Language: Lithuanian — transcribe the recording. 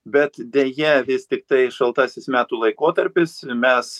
bet deja vis tiktai šaltasis metų laikotarpis mes